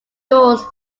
doors